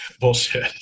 Bullshit